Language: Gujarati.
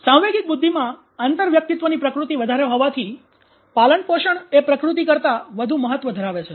સાંવેગિક બુદ્ધિમાં આંતરવ્યક્તિત્વની પ્રકૃતિ વધારે હોવાથી પાલનપોષણ એ પ્રકૃતિ કરતાં વધુ મહત્વ ધરાવે છે